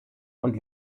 und